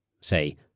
Say